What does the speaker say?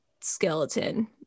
skeleton